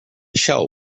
shell